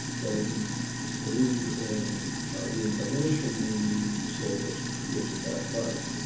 that if you believe in reincarnation then you say that you forget your past lives.